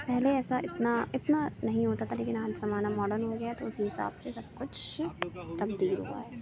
پہلے ایسا اتنا اتنا نہیں ہوتا تھا لیکن آج زمانہ ماڈن ہو گیا ہے تو اسی حساب سے سب کچھ تبدیل ہوا ہے